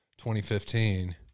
2015